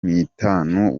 nitanu